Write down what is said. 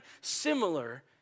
similar